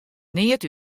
neat